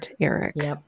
Eric